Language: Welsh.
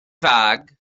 fag